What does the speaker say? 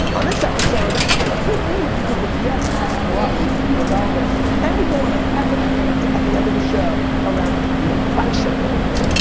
on this episode i'm in a good mood because the jets crushed the dolphins and we go on an epic rant at the end of the show around the inflection point.